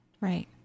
Right